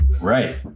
Right